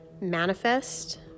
manifest